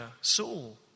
Saul